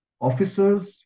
officers